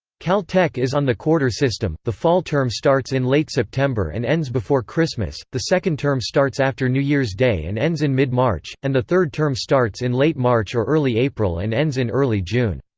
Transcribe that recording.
caltech is on the quarter system the fall term starts in late september and ends before christmas, the second term starts after new years day and ends in mid-march, and the third term starts in late march or early april and ends in early june.